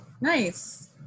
nice